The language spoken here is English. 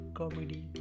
comedy